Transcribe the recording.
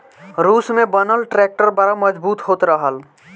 रूस में बनल ट्रैक्टर बड़ा मजबूत होत रहल